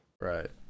Right